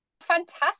Fantastic